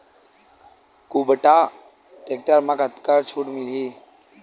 कुबटा टेक्टर म कतका छूट मिलही?